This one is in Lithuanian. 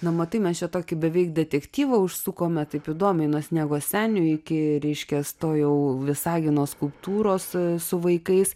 na matai mes čia tokį beveik detektyvą užsukome taip įdomiai nuo sniego senio iki reiškias to jau visagino skulptūros su vaikais